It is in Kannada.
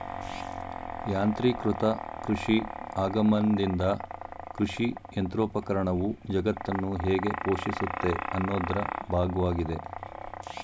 ಯಾಂತ್ರೀಕೃತ ಕೃಷಿ ಆಗಮನ್ದಿಂದ ಕೃಷಿಯಂತ್ರೋಪಕರಣವು ಜಗತ್ತನ್ನು ಹೇಗೆ ಪೋಷಿಸುತ್ತೆ ಅನ್ನೋದ್ರ ಭಾಗ್ವಾಗಿದೆ